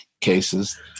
cases